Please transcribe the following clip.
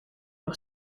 nog